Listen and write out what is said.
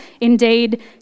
indeed